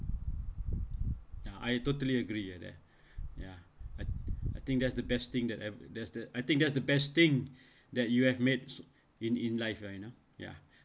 ya I totally agree ya there ya I think that's the best thing that that's the I think that's the best thing that you have made in in life right now ya